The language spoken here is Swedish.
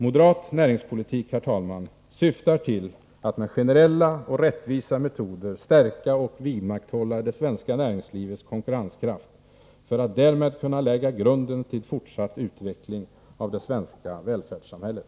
Moderat näringspolitik syftar till att med generella och rättvisa metoder stärka och vidmakthålla det svenska näringslivets konkurrenskraft för att därmed lägga grunden till fortsatt utveckling av det svenska välfärdssamhället.